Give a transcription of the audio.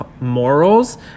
morals